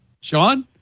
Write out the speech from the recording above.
Sean